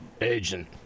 Agent